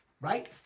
right